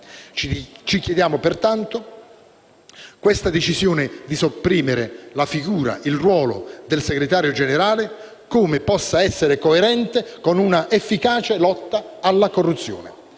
Ci chiediamo, pertanto, come la decisione di sopprimere la figura e il ruolo dei segretari comunali possa essere coerente con un'efficace lotta alla corruzione.